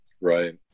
right